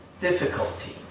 difficulty